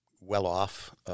well-off